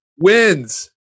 wins